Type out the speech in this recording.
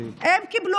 אני לא מבין,